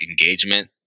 engagement